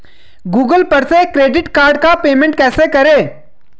Google पर से credit card का पेमेंट कैसे करें?